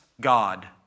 God